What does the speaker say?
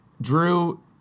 Drew